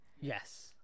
Yes